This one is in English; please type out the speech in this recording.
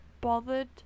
bothered